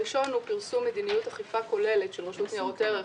הראשון הוא פרסום מדיניות אכיפה כוללת של רשות ניירות ערך,